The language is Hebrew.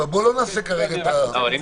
אבל בוא לא נעשה כרגע את --- אבל אם